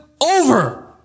over